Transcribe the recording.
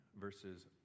verses